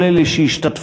לכל אלה שהשתתפו.